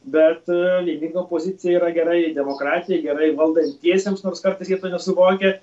bet vieninga opozicija yra gerai demokratija gerai valdantiesiems nors kartais jie to nesuvokia